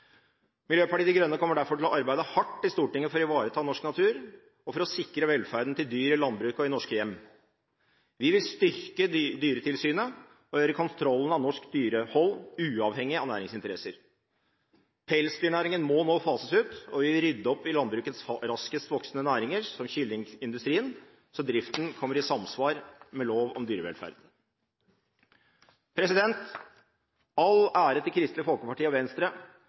Miljøpartiet De Grønne kommer derfor til å arbeide hardt i Stortinget for å ivareta norsk natur og for å sikre velferden til dyr i landbruket og i norske hjem. Vi vil styrke dyretilsynet og gjøre kontrollen med norsk dyrehold uavhengig av næringsinteresser. Pelsdyrnæringen må nå fases ut, og vi vil rydde opp i landbrukets raskest voksende næringer, som kyllingindustrien, så driften kommer i samsvar med lov om dyrevelferd. All ære til Kristelig Folkeparti og Venstre